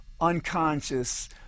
unconscious